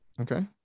okay